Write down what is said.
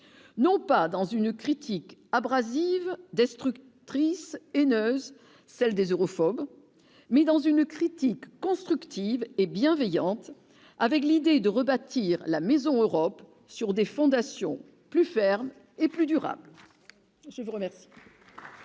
non pas dans une critique abrasive destructrice et ne celle des europhobes, mais dans une critique constructive et bienveillante avec l'idée de rebâtir la maison Europe sur des fondations plus ferme et plus durable,